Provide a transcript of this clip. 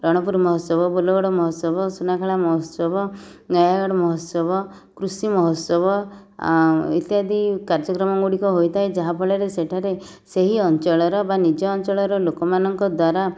ରଣପୁରୁ ମହୋତ୍ସବ ବୋଲଗଡ଼ ମହୋତ୍ସବ ସୁନାଖେଳା ମହୋତ୍ସବ ନୟାଗଡ଼ ମହୋତ୍ସବ କୃଷି ମହୋତ୍ସବ ଇତ୍ୟାଦି କାର୍ଯ୍ୟକ୍ରମ ଗୁଡ଼ିକ ହୋଇଥାଏ ଯାହା ଫଳରେ ସେଠାରେ ସେହି ଅଞ୍ଚଳର ବା ନିଜ ଅଞ୍ଚଳର ଲୋକମାନଙ୍କ ଦ୍ୱାରା